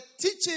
teaching